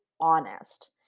honest